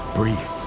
brief